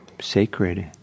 sacred